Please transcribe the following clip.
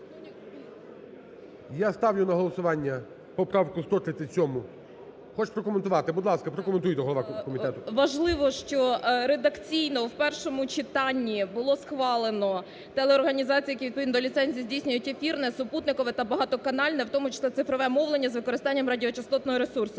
Я ставлю на голосування поправку 137. Хоче прокоментувати, будь ласка, прокоментуйте голово комітету. 11:26:39 СЮМАР В.П. Важливо, що редакційно в першому читанні було схвалено телеорганізації, які відповідно до ліцензії здійснюють ефірне супутникове та багатоканальне, в тому числі цифрове мовлення, з використанням радіочастотного ресурсу.